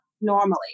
normally